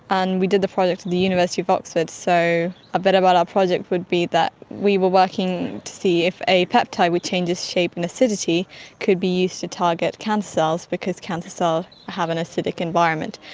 and we did the project at the university of oxford. so a bit about our project would be that we were working to see if a peptide which changes shape in acidity could be used to target cancer cells because cancer cells have an acidic environment.